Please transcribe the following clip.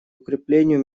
укреплению